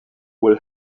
will